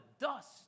dust